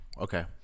Okay